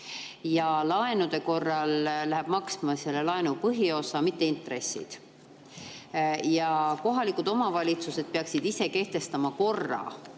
Laenude korral läheb [arvesse] laenu põhiosa, mitte intressid. Kohalikud omavalitsused peaksid ise kehtestama korra,